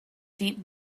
deep